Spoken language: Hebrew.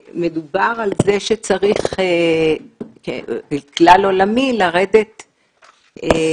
מדובר על כך שצריך באופן כלל עולמי לעשות